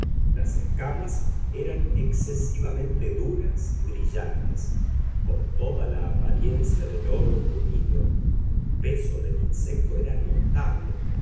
las escamas eran excesivamente duras y brillantes con toda la apariencia del oro bruñido el peso del insecto era notable